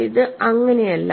അത് അങ്ങനെയല്ല